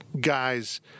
guys